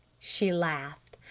she laughed.